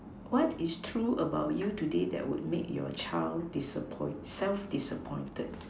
what is true about you today that would make your child disappoint self disappointed